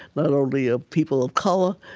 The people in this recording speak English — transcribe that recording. not only of people of color,